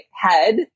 head